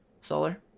Solar